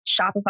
Shopify